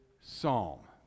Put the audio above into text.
psalm